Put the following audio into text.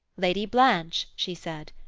lady blanche she said,